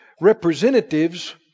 representatives